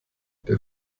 der